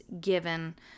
given